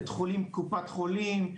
בית חולים של קופת חולים,